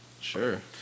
Sure